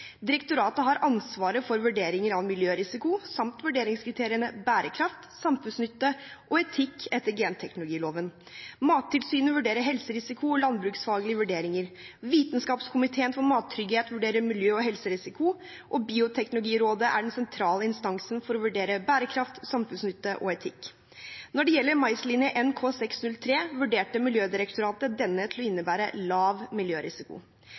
Direktoratet har ansvaret for vurderinger av miljørisiko samt vurderingskriteriene bærekraft, samfunnsnytte og etikk etter genteknologiloven. Mattilsynet vurderer helserisiko og landbruksfaglige vurderinger. Vitenskapskomiteen for mattrygghet vurderer miljø- og helserisiko, og Bioteknologirådet er den sentrale instansen for å vurdere bærekraft, samfunnsnytte og etikk. Når det gjelder maislinje NK603, vurderte Miljødirektoratet denne til å innebære lav miljørisiko.